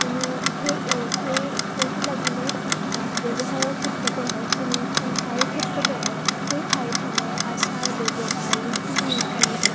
কোনো সেই সেই সেইটো লাগিলে ব্যৱহাৰৰ ক্ষেত্ৰতে হওক কোনো এখন ঠাইৰ ক্ষেত্ৰতে হওক সেই ঠাইখনৰ আচাৰ ব্যৱহাৰ ৰীতি নীতি